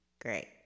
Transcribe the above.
great